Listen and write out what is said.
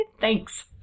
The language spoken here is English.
Thanks